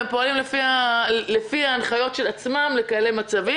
והם פועלים לפי ההנחיות של עצמם למצבים כאלה,